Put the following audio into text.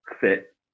fit